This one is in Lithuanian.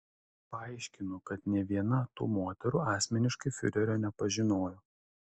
paaiškinu kad nė viena tų moterų asmeniškai fiurerio nepažinojo